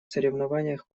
соревнованиях